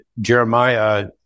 Jeremiah